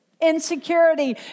Insecurity